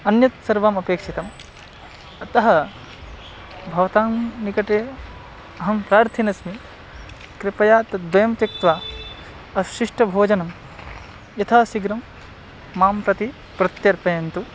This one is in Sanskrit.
अन्यत् सर्वम् अपेक्षितम् अतः भवतां निकटे अहं प्रार्थिन् अस्मि कृपया तद्वयं त्यक्त्वा अशिष्टभोजनं यथाशीघ्रं मां प्रति प्रत्यर्पयन्तु